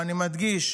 ואני מדגיש,